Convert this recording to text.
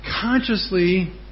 consciously